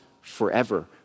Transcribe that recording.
forever